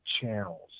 channels